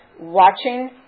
watching